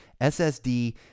SSD